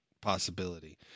possibility